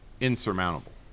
insurmountable